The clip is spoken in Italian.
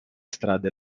strade